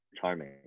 charming